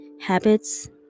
habits